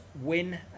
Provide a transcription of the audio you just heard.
win